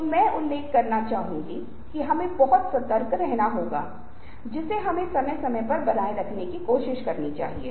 यह देखना आनंद में उल्लंघन से संबंधित हो सकता है यह निगरानी से संबंधित हो सकता है जहां लोग जागरूक नागरिक किसी भी चीज का एक दूसरे पर वीडियो लेना देख रहे हैं जो संदेहजनक है